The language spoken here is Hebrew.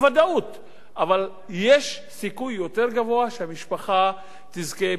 אבל יש סיכוי יותר גבוה שהמשפחה תזכה בהנחה בארנונה.